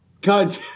God